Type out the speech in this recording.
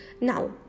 now